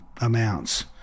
amounts